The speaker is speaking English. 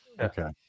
Okay